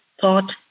thought